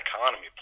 economy